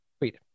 Wait